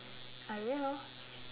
I will